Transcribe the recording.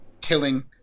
killing